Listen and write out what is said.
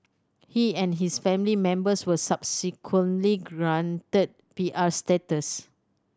he and his family members were subsequently granted P R status